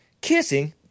Kissing